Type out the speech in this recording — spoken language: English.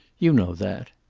you know that.